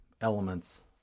elements